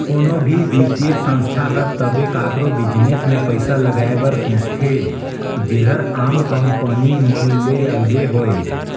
कोनो भी बित्तीय संस्था हर तबे काकरो बिजनेस में पइसा लगाए बर सोंचथे जेहर आम कंपनी मन ले अलगे होए